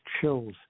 chills